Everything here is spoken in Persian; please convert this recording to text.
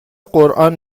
قرآن